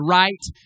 right